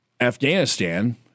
Afghanistan